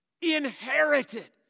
inherited